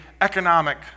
economic